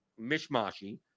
mishmashy